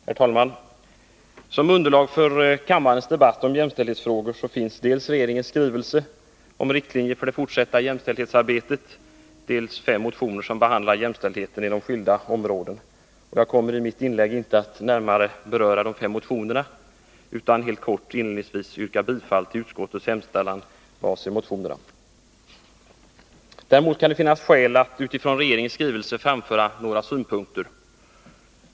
Herr talman! Som underlag för kammarens debatt om jämställdhetsfrågorna finns dels regeringens skrivelse om riktlinjer för det fortsatta jämställdhetsarbetet, dels fem motioner som behandlar jämställdheten inom skilda områden. Jag kommer i mitt inlägg inte att närmare beröra dessa fem motioner, utan vill helt kort inledningsvis yrka bifall till utskottets hemställan vad avser motionerna. Däremot kan det finnas skäl att utifrån regeringens skrivelse framföra några synpunkter.